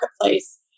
marketplace